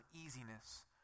easiness